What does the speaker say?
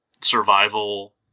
survival